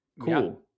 cool